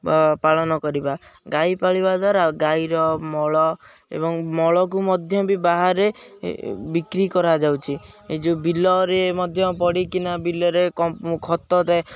ପାଳନ କରିବା ଗାଈ ପାଳିବା ଦ୍ୱାରା ଗାଈର ମଳ ଏବଂ ମଳକୁ ମଧ୍ୟ ବି ବାହାରେ ବିକ୍ରି କରାଯାଉଛିି ଏଇ ଯୋଉ ବିଲରେ ମଧ୍ୟ ପଡ଼ିକି ବିଲରେ ଖତ